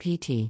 PT